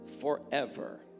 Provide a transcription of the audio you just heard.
forever